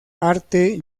arte